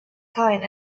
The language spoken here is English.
kind